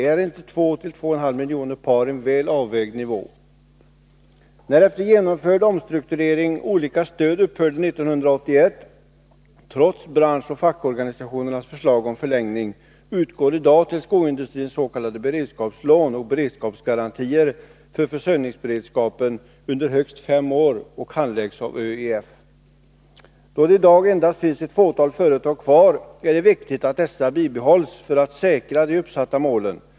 Är inte 2-2,5 miljoner par en väl avvägd nivå? När, efter genomförd omstrukturering, olika stöd upphörde 1981, trots branschoch fackorganisationernas förslag om förlängning, utgår till skoindustrin s.k. beredskapslån och beredskapsgarantier för försörjningsberedskapen under högst fem år, vilka handläggs av ÖEF. Då det numera endast finns ett fåtal företag kvar, är det viktigt att dessa bibehålls för att säkra de uppsatta målen.